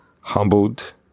humbled